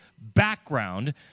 background